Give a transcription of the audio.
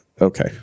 okay